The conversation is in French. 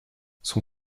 son